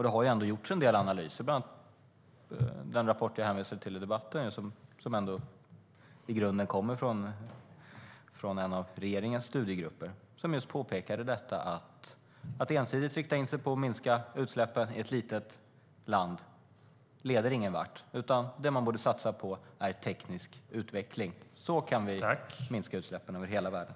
Det har ändå gjorts en del analyser, bland annat den rapport som jag hänvisade till i mitt anförande och som kommer från en av regeringens studiegrupper. Där påpekas det just att det inte leder någon vart att i ett litet land ensidigt rikta in sig på att minska utsläppen. Det som man i stället borde satsa på är teknisk utveckling. Så kan vi minska utsläppen över hela världen.